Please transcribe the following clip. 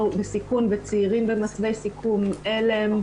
בסיכון וצעירים במסווה סיכון אל"ם,